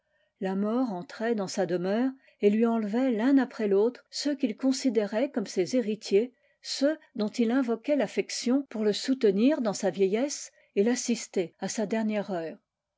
la mort entrait dans sa demeure et lui enlevait l'un après l'autre eeux qu'il considérait comme ses héritiers ceux dont il invoquait l'affection pour le soutenir dans sa vieillesse et l'assister à sa dernière heure